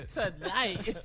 tonight